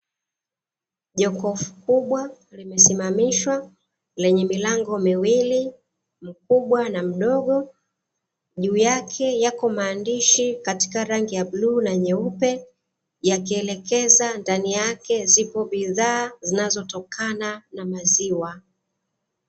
Jokofu kubwa limesimamishwa lenye milango miwili mkubwa na mdogo, juu yake yako maandishi katika rangi ya bluu na nyeupe yakielekeza ndani yake zipo bidhaa zinazotokana na maziwa.